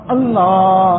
Allah